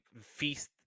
feast